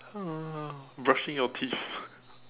uh brushing your teeth